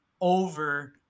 over